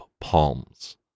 Palms